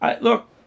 Look